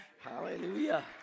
Hallelujah